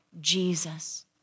Jesus